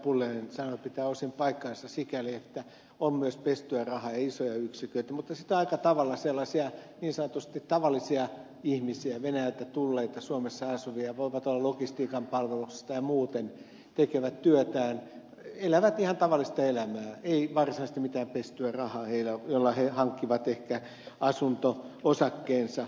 pulliainen sanoi pitää osin paikkansa sikäli että on myös pestyä rahaa ja isoja yksiköitä mutta sitten on aika tavalla sellaisia niin sanotusti tavallisia ihmisiä venäjältä tulleita suomessa asuvia voivat olla logistiikan palveluksessa tai muuten tekevät työtään elävät ihan tavallista elämää ei varsinaisesti heillä ole mitään pestyä rahaa jolla he hankkivat ehkä asunto osakkeensa